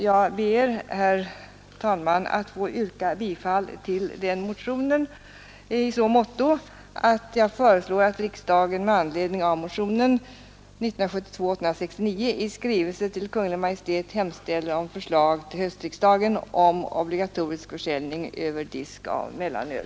Jag ber, herr talman, att få yrka bifall till den motionen i så måtto att jag föreslår att riksdagen med anledning av motionen 869 i skrivelse till Kungl. Maj:t hemställer om förslag till höstriksdagen om obligatorisk försäljning över disk av mellanöl.